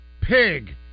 Pig